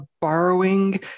borrowing